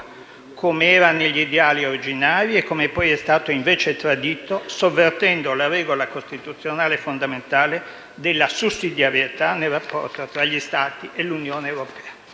come era negli ideali originari e come poi è stato invece tradito, sovvertendo la regola costituzionale fondamentale della sussidiarietà nel rapporto tra gli Stati e l'Unione europea.